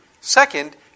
Second